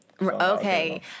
Okay